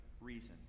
reason